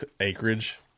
acreage